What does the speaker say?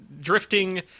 drifting